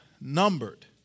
numbered